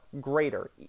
greater